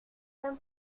femme